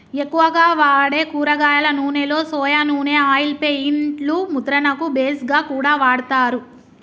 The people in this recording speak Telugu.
ఎక్కువగా వాడే కూరగాయల నూనెలో సొయా నూనె ఆయిల్ పెయింట్ లు ముద్రణకు బేస్ గా కూడా వాడతారు